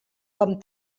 com